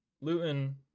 Luton